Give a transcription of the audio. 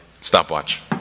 stopwatch